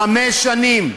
חמש שנים.